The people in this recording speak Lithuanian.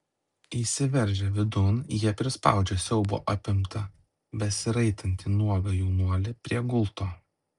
įsiveržę vidun jie prispaudžia siaubo apimtą besiraitantį nuogą jaunuolį prie gulto